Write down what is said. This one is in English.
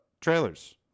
Trailers